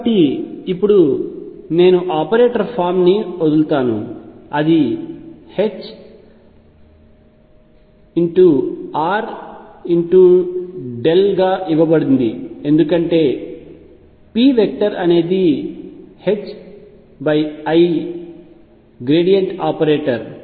కాబట్టి నేను ఇప్పుడు ఆపరేటర్ ఫామ్ని వదులుతాను అది i గా ఇవ్వబడింది ఎందుకంటే p అనేది i గ్రేడియంట్ ఆపరేటర్